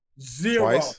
zero